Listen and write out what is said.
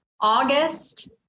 August